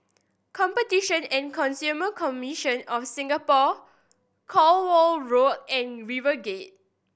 Competition and Consumer Commission of Singapore Cornwall Road and RiverGate